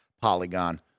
Polygon